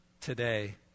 today